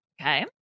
Okay